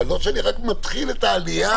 לא כשאני רק מתחיל את העלייה.